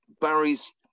Barry's